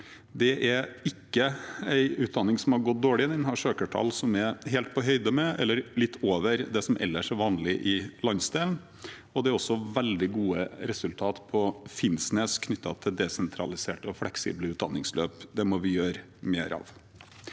Det er ikke en utdanning som har gått dårlig. Den har søkertall som er helt på høyde med, eller litt over, det som ellers er vanlig i landsdelen. Det er også veldig gode resultater på Finnsnes knyttet til desentraliserte og fleksible utdanningsløp. Det må vi gjøre mer av.